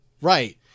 Right